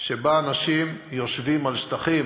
שבה אנשים יושבים על שטחים